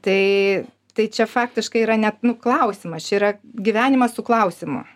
tai tai čia faktiškai yra net nu klausimas čia yra gyvenimas su klausimu